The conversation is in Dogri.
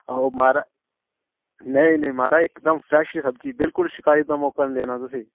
आहो महाराज नेईं नेईं महाराज इकदम फ्रेश सब्जी बिलकुल शिकायत दा मौका नि देना तुसेंईं